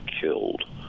killed